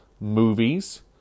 movies